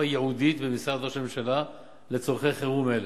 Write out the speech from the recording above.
ייעודית במשרד ראש הממשלה לצורכי חירום אלו.